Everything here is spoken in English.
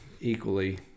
equally